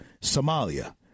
Somalia